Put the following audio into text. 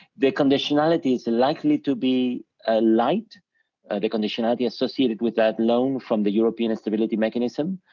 the conditionality is likely to be ah light, the conditionality associated with that loan from the european stability mechanism,